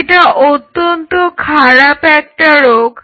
এটা অত্যন্ত খারাপ একটা রোগ